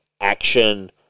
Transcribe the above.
action